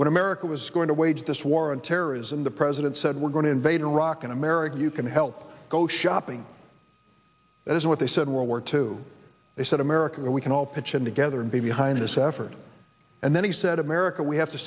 what america was going to wage this war on terrorism the president said we're going to invade iraq and america you can help go shopping that is what they said world war two they said america we can all pitch in together and be behind this effort and then he said america we have to